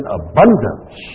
abundance